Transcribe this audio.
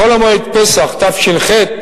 בחול המועד פסח תש"ח